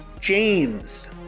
James